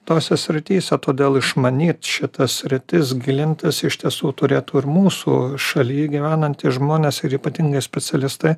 tose srityse todėl išmanyt šitas sritis gilintis iš tiesų turėtų ir mūsų šaly gyvenantys žmonės ir ypatingai specialistai